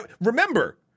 Remember